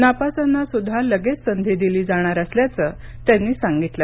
नापासांनासुद्धा लगेच संधी दिली जाणार असल्याचं त्यांनी सांगितलं